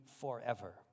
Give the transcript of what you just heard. forever